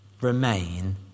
Remain